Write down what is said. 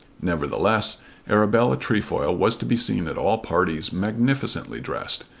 nevertheless arabella trefoil was to be seen at all parties magnificently dressed,